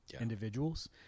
individuals